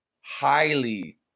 highly